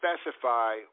specify